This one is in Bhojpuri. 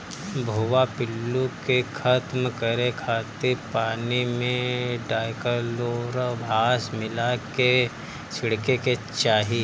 भुआ पिल्लू के खतम करे खातिर पानी में डायकलोरभास मिला के छिड़के के चाही